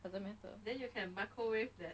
doesn't matter